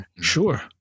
Sure